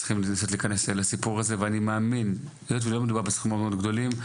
לעניין הזה היות ובאמת שלא מדובר בסכומים גדולים,